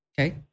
Okay